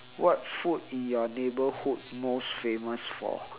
what food in your neighbourhood most famous for